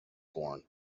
born